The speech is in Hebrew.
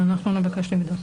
אנחנו נבקש לבדוק.